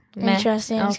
interesting